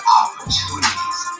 opportunities